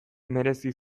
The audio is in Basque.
merezi